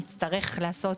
נצטרך לעשות,